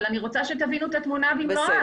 אבל אני רוצה שתבינו את התמונה במלואה